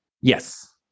Yes